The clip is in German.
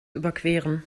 überqueren